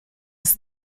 ist